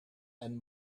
and